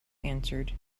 answered